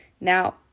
Now